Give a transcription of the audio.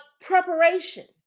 preparation